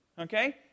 Okay